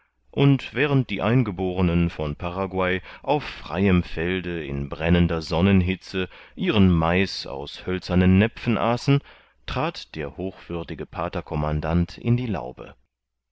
und während die eingeborenen von paraguay auf freiem felde in brennender sonnenhitze ihren mais aus hölzernen näpfen aßen trat der hochwürdige pater commandant in die laube